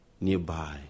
nearby